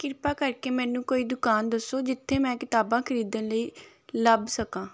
ਕਿਰਪਾ ਕਰਕੇ ਮੈਨੂੰ ਕੋਈ ਦੁਕਾਨ ਦੱਸੋ ਜਿੱਥੇ ਮੈਂ ਕਿਤਾਬਾਂ ਖਰੀਦਣ ਲਈ ਲੱਭ ਸਕਾਂ